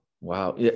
wow